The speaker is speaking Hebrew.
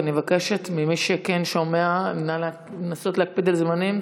ואני מבקשת ממי שכן שומע: נא לנסות להקפיד על זמנים,